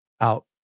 out